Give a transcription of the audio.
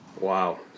Wow